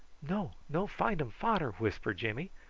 no no findum fader, whispered jimmy.